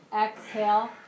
exhale